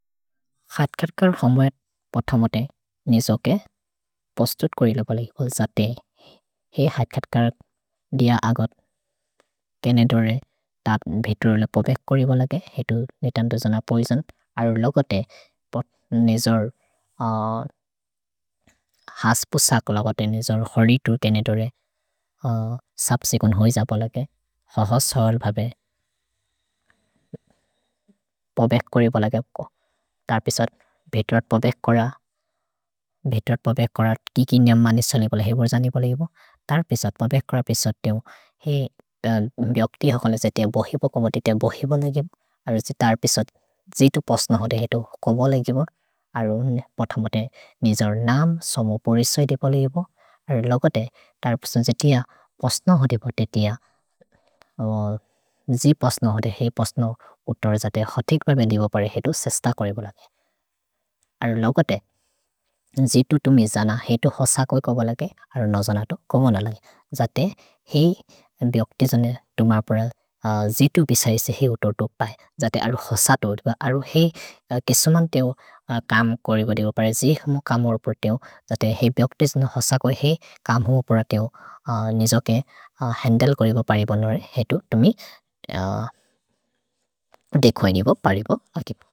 खैथ् खैथ् खार् हुम्वे पोथ मो ते निजोके पोस्तुत् कोरि लो बोले भोजते। हे हैथ् खैथ् खार् दिअ आगोत् केने धो रे त भेत्रो ले पोवेख् कोरि बोले घे। हे तो ने तन् तो जन पोइजन्। अर् लोगोते निजोर् हस् पुसाक् लो बोले घे। निजोर् होरि तो केने धो रे सुब्-सिगुन् होइ ज बोले घे। ह ह सोअल् भ बे पोवेख् कोरि बोले घे। त भेत्रो पोवेख् कोर, भेत्रो पोवेख् कोर, तिकि न्ये मनि सोले बोले घे बोजने बोले घे बो। त भेत्रो पोवेख् कोर भेत्रो पोवेख् कोरि बोले घे। अर् लोगोते त भेत्रो पोवेख् कोरि बोले घे बोजने बोले घे बोजने बोले घे। अर् लोगोते त भेत्रो पोवेख् कोरि बोजने बोले घे बोजने बोले घे बोजने बोले घे। अर् लोगोते जितु तो निजन हे तो होस कोइ को बोले घे। अर् नोजन तो को मो नले घे। ज ते हे भेओक् तिजने तुमप्रोले जितु भि सैसे हे ओ तो तो भए। ज ते अर् होस तो। अर् हे किसुमन्ते वो काम् कोरि बोले घे। पर् जिह् मो काम् हो पो ते वो। ज ते हे भेओक् तिजने हो सक हो हे काम् हो पो रे ते वो। निजोके हेन्देले कोरि बो परि बोले घे। अर् लोगोते जितु तो निजन हे तो होस कोइ को बोले घे।